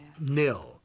nil